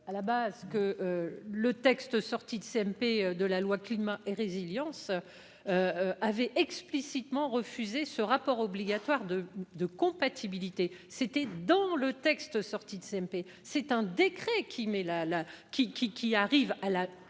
À la base que le texte sorti de CMP de la loi climat et résilience. Avait explicitement refusé ce rapport obligatoire de de compatibilité. C'était dans le texte sorti de CMP c'est un décret qui mais la